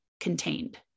contained